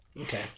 okay